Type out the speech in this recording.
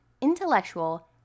intellectual